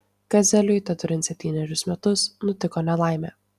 kazeliui teturint septynerius metus nutiko nelaimė